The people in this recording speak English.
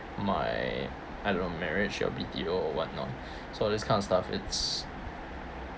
my I don't know marriage or B_T_O or whatnot so these kind of stuff it's